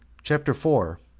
chapter four.